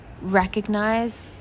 recognize